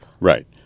Right